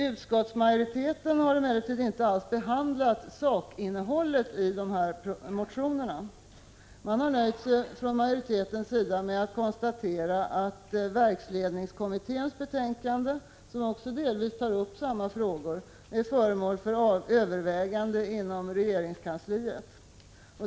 Utskottsmajoriteten har emellertid inte alls behandlat sakinnehållet i motionerna utan nöjt sig med konstaterandet att verksledningskommitténs betänkande, som delvis tar upp samma frågor, är föremål för övervägande inom regeringskansliet.